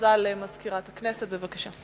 הודעה לסגנית מזכיר הכנסת, בבקשה.